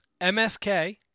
MSK